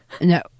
no